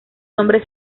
nombre